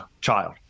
child